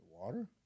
water